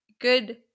good